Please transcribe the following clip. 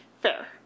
fair